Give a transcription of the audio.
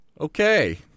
okay